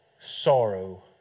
sorrow